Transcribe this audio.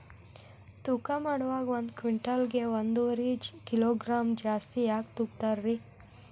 ತೂಕಮಾಡುವಾಗ ಒಂದು ಕ್ವಿಂಟಾಲ್ ಗೆ ಒಂದುವರಿ ಕಿಲೋಗ್ರಾಂ ಜಾಸ್ತಿ ಯಾಕ ತೂಗ್ತಾನ ರೇ?